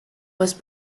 was